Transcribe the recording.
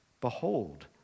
Behold